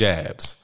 Jabs